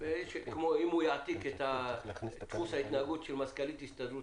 אם הוא יעתיק את דפוס ההתנהגות של מזכ"לית הסתדרות